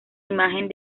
imagen